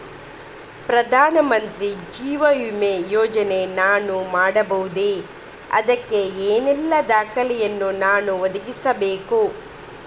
ಪ್ರಧಾನ ಮಂತ್ರಿ ಜೀವ ವಿಮೆ ಯೋಜನೆ ನಾನು ಮಾಡಬಹುದೇ, ಅದಕ್ಕೆ ಏನೆಲ್ಲ ದಾಖಲೆ ಯನ್ನು ನಾನು ಒದಗಿಸಬೇಕು?